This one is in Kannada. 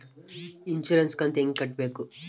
ಇನ್ಸುರೆನ್ಸ್ ಕಂತು ಹೆಂಗ ಕಟ್ಟಬೇಕು?